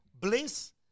bliss